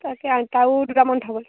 তাকে